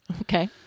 Okay